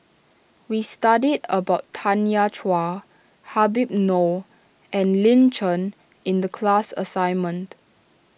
we studied about Tanya Chua Habib Noh and Lin Chen in the class assignment